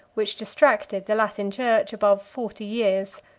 which distracted the latin church above forty years.